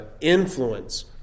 influence